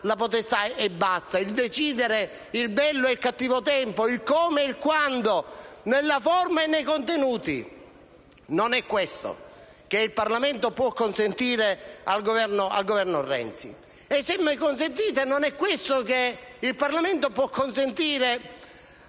la mera potestà di decidere il bello e il cattivo tempo, il come e il quando, nella forma e nei contenuti: non è questo ciò che il Parlamento può consentire al Governo Renzi. Se mi consentite, non è questo che il Parlamento può consentire